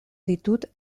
ditut